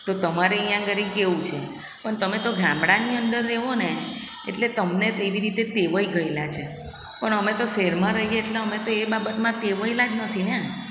તો તમારે અહીંયાં આગળ કેવું છે પણ તમે તો ગામડાની અંદર રહો ને એટલે તમને તો એવી રીતે ટેવાઈ ગયેલા છે પણ અમે તો શહેરમાં રહીએ એટલે અમે તો એ બાબતમાં ટેવાયલા જ નથી ને